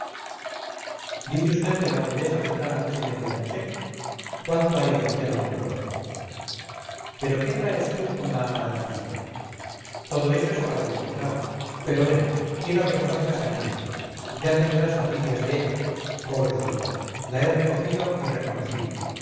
dice vd que la condesa vendrá antes de media noche cuánto hay de aquí a la moncloa pero qué traes tú con la amarantilla todo eso es para disimular pero ven quiero que conozcas a mi hija ya tendrás noticias de ella pobrecita la he recogido y reconocido